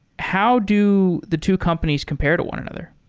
how do the two companies compare to one another?